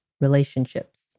relationships